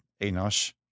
Enosh